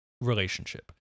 relationship